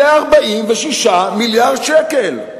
זה 46 מיליארד שקל.